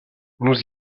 nous